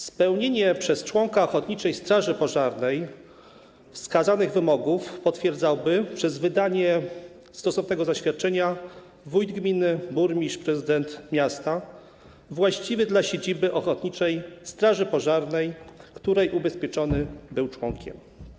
Spełnienie przez członka ochotniczej straży pożarnej wskazanych wymogów potwierdzałby przez wydanie stosownego zaświadczenia wójt gminy, burmistrz, prezydent miasta właściwy dla siedziby ochotniczej straży pożarnej, której ubezpieczony był członkiem.